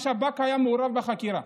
השב"כ היה מעורב בחקירה,